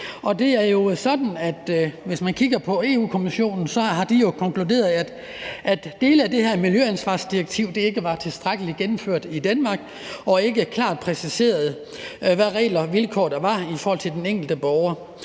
Det er jo sådan, hvis man kigger på Europa-Kommissionen, at den jo har konkluderet, at dele af det her miljøansvarsdirektiv ikke var tilstrækkelig gennemført i dansk lovgivning, og at det ikke var klart præciseret, hvilke regler og vilkår der var i forhold til den enkelte borger.